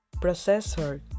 Processor